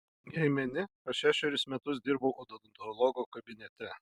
jei meni aš šešerius metus dirbau odontologo kabinete